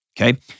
okay